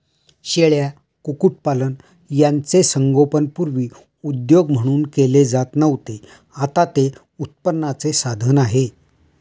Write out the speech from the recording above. शेळ्या, कुक्कुटपालन यांचे संगोपन पूर्वी उद्योग म्हणून केले जात नव्हते, आता ते उत्पन्नाचे साधन आहे